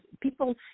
people